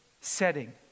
setting